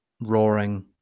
roaring